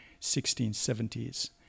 1670s